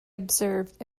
observed